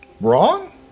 wrong